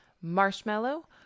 marshmallow